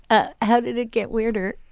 ah how did it get weirder?